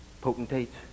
potentates